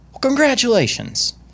Congratulations